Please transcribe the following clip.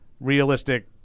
realistic